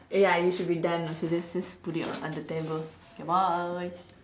ya you should be done also just just put it on the table okay bye